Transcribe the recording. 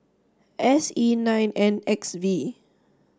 S E nine N X V